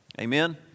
Amen